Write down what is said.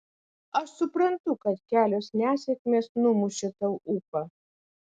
aš suprantu kad kelios nesėkmės numušė tau ūpą